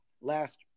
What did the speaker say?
last